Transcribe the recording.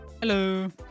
Hello